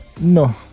No